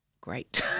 great